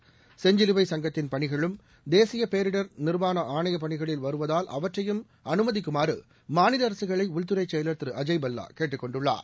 தேசியபேரிடர் செஞ்சிலுவை சங்கத்தின் பணிகளும் நிர்வாண ஆணைய பணிகளில் வருவதால் அவற்றையும் அனுமதிக்குமாறுமாநிலஅரசுகளைஉள்துறைசெயலர் திரு அஜய் பல்லாகேட்டுக் கொண்டுள்ளார்